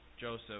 Joseph